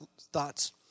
thoughts